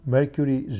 Mercury